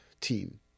team